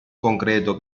concreto